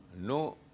No